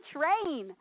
Train